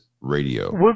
Radio